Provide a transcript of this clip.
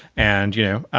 and, you know,